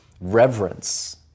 reverence